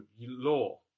law